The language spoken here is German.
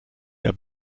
der